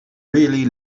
really